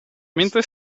mentre